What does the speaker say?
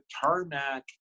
tarmac